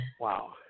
wow